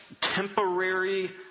temporary